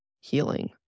healing